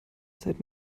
zeit